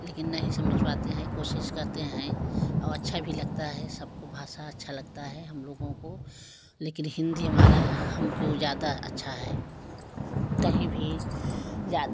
लेकिन नहीं समझ पाते हैं कोशिश करते हैं और अच्छा भी लगता है सबको भाषा अच्छा लगता है हम लोगों को लेकिन हिन्दी हमारा हमको ज़्यादा अच्छा है कहीं भी जाते है